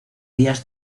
días